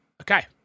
okay